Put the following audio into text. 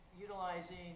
utilizing